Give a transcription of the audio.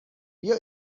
بیا